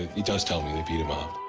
he does tell me they beat him up.